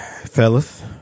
Fellas